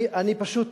אני פשוט